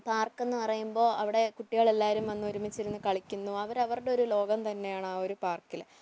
പാർക്കെന്ന് പറയുമ്പോൾ അവിടെ കുട്ടികളെല്ലാവരും വന്ന് ഒരുമിച്ചിരുന്നു കളിക്കുന്നു അവർ അവരുടെ ഒരു ലോകം തന്നെയാണ് ആ ഒരു പാർക്കിൽ